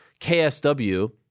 KSW